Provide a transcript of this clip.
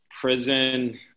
prison